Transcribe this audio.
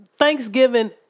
Thanksgiving